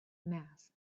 mass